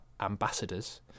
ambassadors